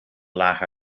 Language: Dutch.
lagen